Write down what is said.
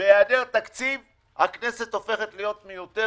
בהיעדר תקציב הכנסת הופכת להיות מיותרת,